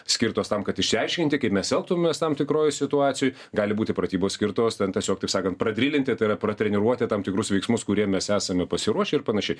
skirtos tam kad išsiaiškinti kaip mes elgtumėmės tam tikroj situacijoj gali būti pratybos skirtos ten tiesiog taip sakant pradrilinti tai yra pro treniruotę tam tikrus veiksmus kurie mes esame pasiruošę ir panašiai